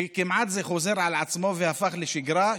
שכמעט חוזר על עצמו והופך לשגרה,